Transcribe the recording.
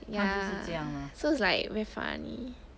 ya so it's like very funny